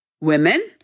Women